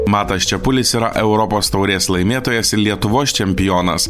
matas čepulis yra europos taurės laimėtojas ir lietuvos čempionas